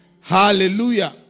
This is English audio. Hallelujah